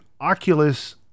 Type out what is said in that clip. Oculus